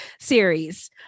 series